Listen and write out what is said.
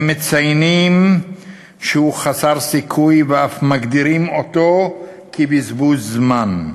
הם מציינים שהוא חסר סיכוי ואף מגדירים אותו כבזבוז זמן.